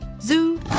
Zoo